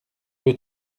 peu